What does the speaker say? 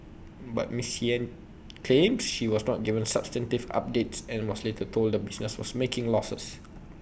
but miss Yen claims she was not given substantive updates and was later told the business was making losses